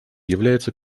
является